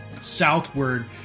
southward